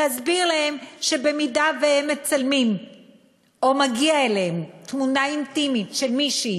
להסביר להם שאם הם מצלמים או מגיעה אליהם תמונה אינטימית של מישהי